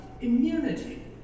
immunity